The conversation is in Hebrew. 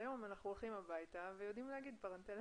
היום אנחנו הולכים הביתה ויודעים להגיד פרנטלה